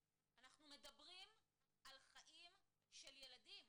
אנחנו מדברים על חיים של ילדים.